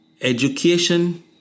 education